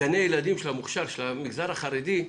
גני ילדים של המוכש"ר, של המגזר החרדי,